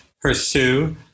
pursue